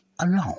alone